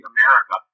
America